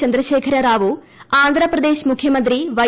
ചന്ദ്രശേഖര റാവു ആന്ധ്രാപ്രദേശ് മുഖ്യമന്ത്രി വൈ